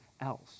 else